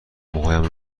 موهایم